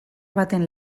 baten